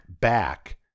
back